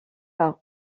par